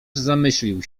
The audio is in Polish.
zamyślił